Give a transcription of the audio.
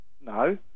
No